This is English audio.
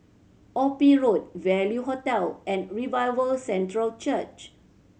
Ophir Road Value Hotel and Revival Centre Church